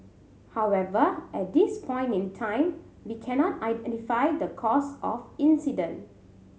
however at this point in time we cannot identify the cause of incident